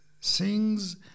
sings